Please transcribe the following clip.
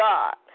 God